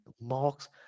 marks